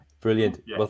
Brilliant